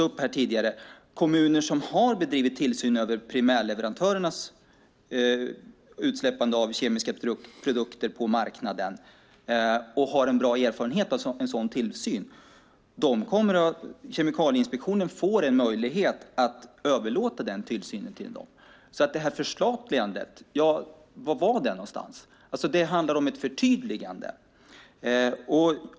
När det gäller kommuner som har bedrivit tillsyn över primärleverantörernas utsläppande av kemiska produkter på marknaden och har en bra erfarenhet av en sådan tillsyn får Kemikalieinspektionen, som togs upp här tidigare, en möjlighet att överlåta denna tillsyn till dem. Så var fanns egentligen förstatligandet någonstans? Det handlar om ett förtydligande.